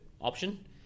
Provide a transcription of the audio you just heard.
option